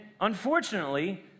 unfortunately